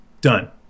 done